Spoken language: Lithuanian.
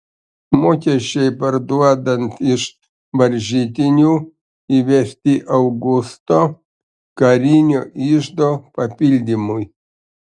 mokesčiai parduodant iš varžytinių įvesti augusto karinio iždo papildymui